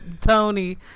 Tony